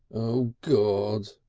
oh, god!